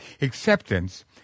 acceptance